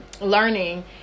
learning